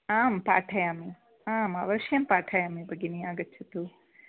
आं पाठयामि आं अवश्यं पाठयामि भगिनि आगच्छतु